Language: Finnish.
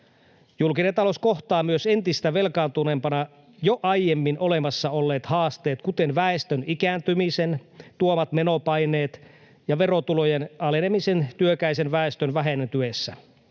Julkinen talous kohtaa myös entistä velkaantuneempana jo aiemmin olemassa olleet haasteet, kuten väestön ikääntymisen tuomat menopaineet ja verotulojen alenemisen työikäisen väestön vähentyessä.